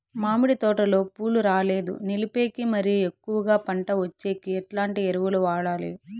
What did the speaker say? మామిడి తోటలో పూలు రాలేదు నిలిపేకి మరియు ఎక్కువగా పంట వచ్చేకి ఎట్లాంటి ఎరువులు వాడాలి?